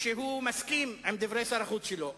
שהוא מסכים עם דברי שר החוץ שלו,